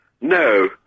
No